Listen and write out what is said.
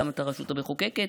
גם את הרשות המחוקקת.